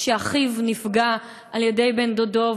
שאחיו נפגע על-ידי בן-דודו,